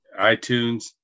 iTunes